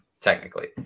technically